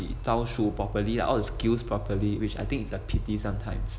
招数 properly lah all the skills properly which I think it's a pity sometimes